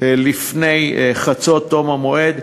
לפני חצות, תום המועד.